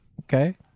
Okay